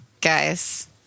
guys